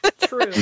true